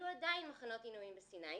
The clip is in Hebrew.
עדיין היו מחנות עינויים בסיני,